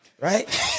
Right